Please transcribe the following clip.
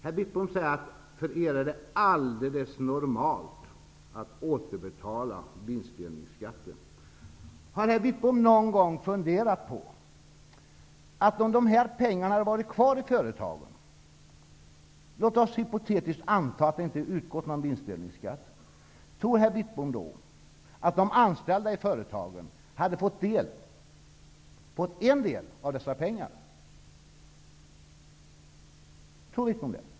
Herr Wittbom säger att det för er är alldeles normalt att återbetala vinstdelningsskatten. Om dessa pengar hade funnits kvar i företagen -- låt oss hypotetiskt anta att någon vinstdelningsskatt inte utgått -- tror herr Wittbom då att de anställda i företagen hade fått en del utav dessa pengar?